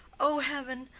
o heavens!